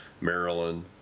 Maryland